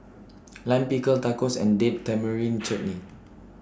Lime Pickle Tacos and Date Tamarind Chutney